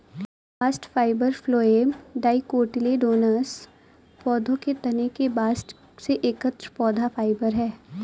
bast fibre phloem dicotyledonous पौधों के तने के बास्ट से एकत्र पौधा फाइबर है